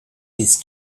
his